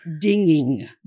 dinging